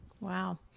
wow